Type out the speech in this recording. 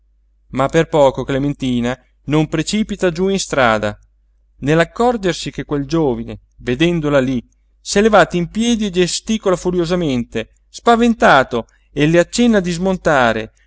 ma per poco clementina non precipita giú in istrada nell'accorgersi che quel giovine vedendola lí s'è levato in piedi e gesticola furiosamente spaventato e le accenna di smontare